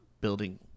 building